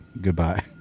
goodbye